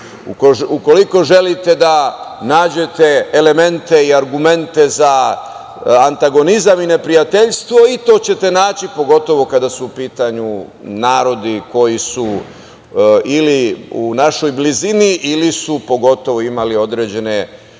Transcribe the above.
ukoliko želite da nađete elemente i argumente za antagonizam i neprijateljstvo i to ćete naći, pogotovo kada su u pitanju narodi koji su ili u našoj blizini ili su pogotovo imali određene